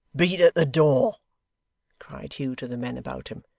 beat at the door cried hugh to the men about him.